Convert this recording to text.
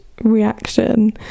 reaction